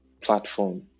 platform